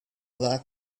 that